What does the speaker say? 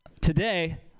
today